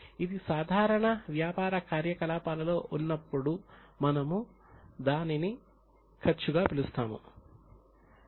ఇది సాధారణ వ్యాపార కార్యకలాపాల లో ఉన్నప్పుడు మనము దానిని ఖర్చుగా పిలుస్తాము